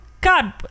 god